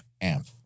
amp